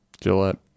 Gillette